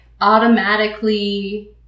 automatically